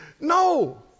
No